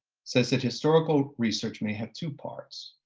so such historical research may have two parts.